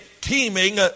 teeming